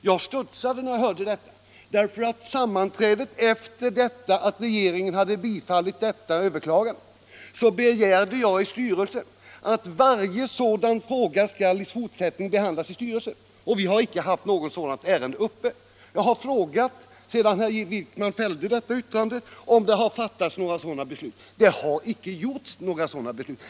Jag studsade när jag hörde detta, för på första sammanträdet efter det att regeringen bifallit överklagandet i detta fall begärde jag i styrelsen att varje sådan här fråga i fortsättningen skall behandlas i styrelsen, och vi har icke haft något dylikt ärende uppe. Jag har frågat, sedan herr Wijkman fällde detta yttrande, om det har fattats några sådana beslut. Så har inte skett.